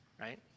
right